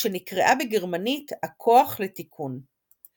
שנקראה בגרמנית "הכוח לתיקון".